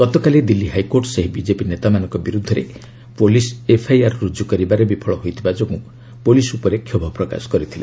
ଗତକାଲି ଦିଲ୍ଲୀ ହାଇକୋର୍ଟ ସେହି ବିଜେପି ନେତାମାନଙ୍କ ବିରୁଦ୍ଧରେ ପୁଲିସ୍ ଏଫ୍ଆଇଆର୍ ରୁଜୁ କରିବାରେ ବିଫଳ ହୋଇଥିବା ଯୋଗୁଁ ପୁଲିସ୍ ଉପରେ କ୍ଷୋଭ ପ୍ରକାଶ କରିଥିଲେ